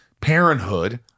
Parenthood